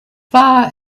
far